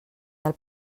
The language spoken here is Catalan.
del